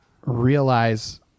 realize